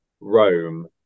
Rome